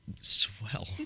Swell